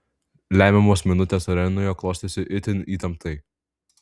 lemiamos minutės arenoje klostėsi itin įtemptai